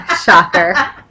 shocker